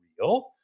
real